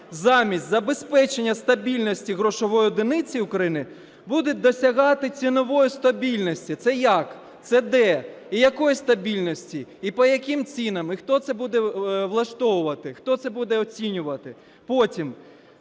замість забезпечення стабільності грошової одиниці України буде досягати цінової стабільності. Це як? Це де? І якої стабільності, і по яким цінам? І хто це буде влаштовувати? Хто це буде оцінювати? Потім